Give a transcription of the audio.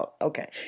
Okay